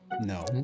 No